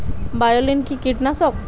বায়োলিন কি কীটনাশক?